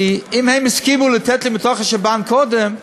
כי אם הם הסכימו לתת לי בתוך השב"ן קודם,